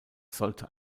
sollte